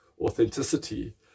authenticity